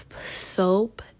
soap